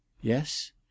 Yes